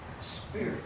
spirit